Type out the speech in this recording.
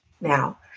now